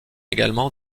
également